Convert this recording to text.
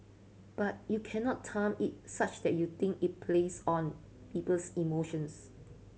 but you cannot time it such that you think it plays on people's emotions